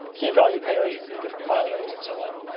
key value pairs, different file names, and so on.